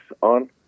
on